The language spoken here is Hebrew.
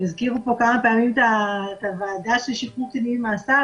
הזכירו פה כמה פעמים את הוועדה של שחרור קטינים ממאסר,